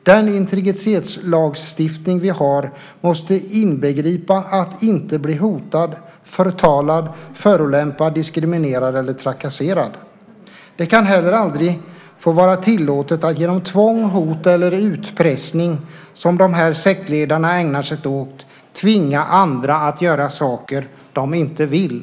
Den integritetslagstiftning vi har måste inbegripa att inte bli hotad, förtalad, förolämpad, diskriminerad eller trakasserad. Det kan heller aldrig få vara tillåtet att genom tvång, hot eller utpressning, som dessa sektledare ägnar sig åt, tvinga andra att göra saker de inte vill.